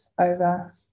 over